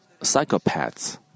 psychopaths